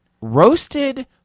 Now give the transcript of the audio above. roasted